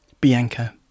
Bianca